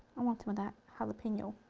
i want some of that jalapeno.